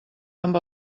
amb